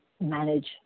manage